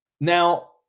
Now